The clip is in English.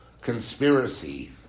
conspiracy